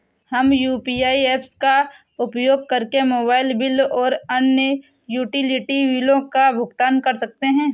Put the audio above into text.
हम UPI apps का उपयोग करके मोबाइल बिल और अन्य यूटिलिटी बिलों का भुगतान कर सकते हैं